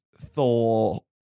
Thor